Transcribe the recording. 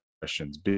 questions